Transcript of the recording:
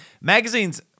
magazines